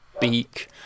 Beak